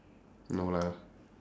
no lah